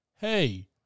Hey